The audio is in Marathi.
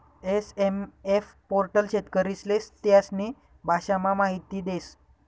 एस.एम.एफ पोर्टल शेतकरीस्ले त्यास्नी भाषामा माहिती देस